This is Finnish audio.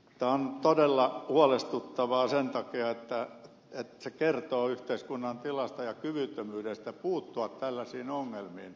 tämä on todella huolestuttavaa sen takia että se kertoo yhteiskunnan tilasta ja kyvyttömyydestä puuttua tällaisiin ongelmiin